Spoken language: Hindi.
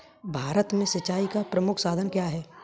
भारत में सिंचाई का प्रमुख साधन क्या है?